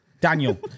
Daniel